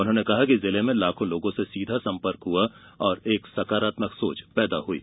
उन्होंने कहा कि जिले में लाखों लोगों से सीधा संपर्क हुआ और एक सकारात्मक सोच पैदा हुई है